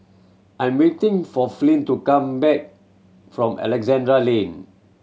I'm waiting for Flint to come back from Alexandra Lane